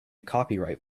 copyright